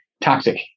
toxic